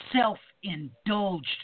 self-indulged